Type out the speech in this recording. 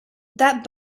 that